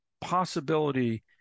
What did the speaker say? possibility